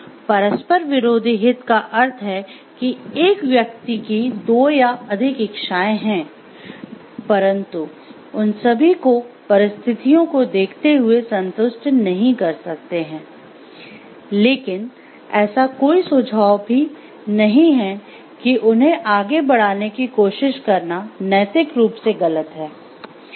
परस्पर विरोधी हित का अर्थ है कि एक व्यक्ति की दो या अधिक इच्छाएं हैं परन्तु उन सभी को परिस्थितियों को देखते हुए संतुष्ट नहीं कर सकते हैं लेकिन ऐसा कोई सुझाव भी नहीं है कि उन्हें आगे बढ़ाने की कोशिश करना नैतिक रूप से गलत है